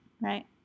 right